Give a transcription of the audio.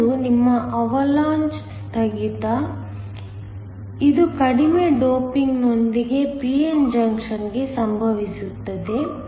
ಒಂದು ನಿಮ್ಮ ಅವಲಾಂಚ್ ಸ್ಥಗಿತ ಇದು ಕಡಿಮೆ ಡೋಪಿಂಗ್ನೊಂದಿಗೆ p n ಜಂಕ್ಷನ್ ಗೆ ಸಂಭವಿಸುತ್ತದೆ